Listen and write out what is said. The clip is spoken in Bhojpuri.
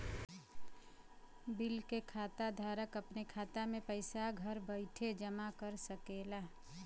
बिल के खाता धारक अपने खाता मे पइसा घर बइठे जमा करा सकेला